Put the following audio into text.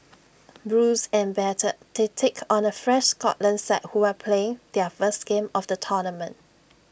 bruised and battered they take on A fresh Scotland side who are playing their first game of the tournament